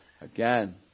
Again